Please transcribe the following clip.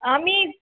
আমি